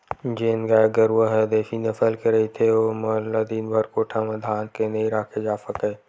जेन गाय गरूवा ह देसी नसल के रहिथे ओमन ल दिनभर कोठा म धांध के नइ राखे जा सकय